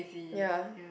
ya